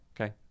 okay